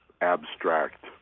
abstract